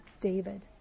David